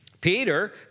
Peter